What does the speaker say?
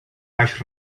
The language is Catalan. baix